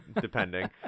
depending